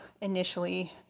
initially